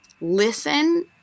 listen